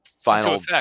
final